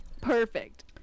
perfect